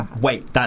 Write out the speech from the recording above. wait